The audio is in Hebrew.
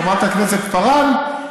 חברת הכנסת פארן,